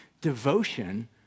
devotion